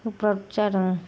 गोब्राब जादों